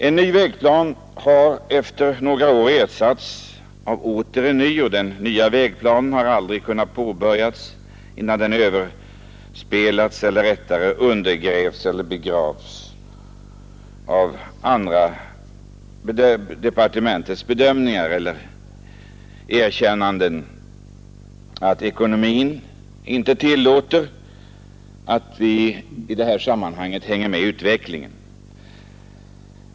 En ny vägplan har efter några år ersatts av åter en ny, och den nya vägplanen har aldrig kunnat påbörjas innan den överspelats eller rättare sagt undergrävts eller begravts av andra departementets bedömningar eller erkännanden att ekonomin inte tillåter att vi i det här sammanhanget hänger med i utvecklingen.